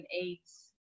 AIDS